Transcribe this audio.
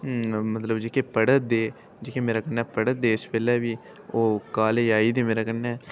मतलब जेह्के पढ़े दे जेह्के मेरे कन्नै पढ़ै दे इसलै बी ओह् कालेज आई दे मेरे कन्नै